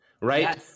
Right